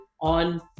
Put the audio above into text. on